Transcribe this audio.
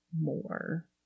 more